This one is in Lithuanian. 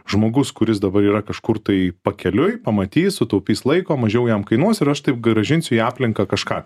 žmogus kuris dabar yra kažkur tai pakeliui pamatys sutaupys laiko mažiau jam kainuos ir aš taip grąžinsiu į aplinką kažką